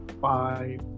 five